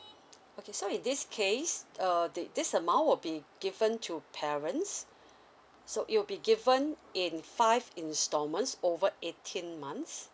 okay so in this case uh this this amount will be given to parents so it will be given in five instalments over eighteen months